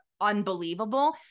unbelievable